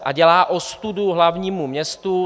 A dělá ostudu hlavnímu městu.